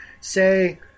Say